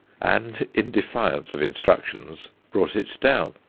and in defiance of instructions brought it down.